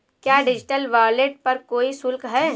क्या digital wallet पर कोई शुल्क है?